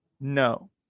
no